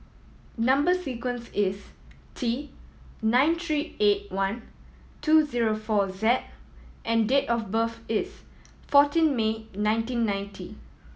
number sequence is T nine three eight one two zero four Z and date of birth is fourteen May nineteen ninety